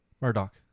Murdoch